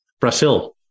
Brazil